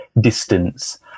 distance